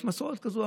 יש מסורת כזו.